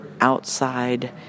outside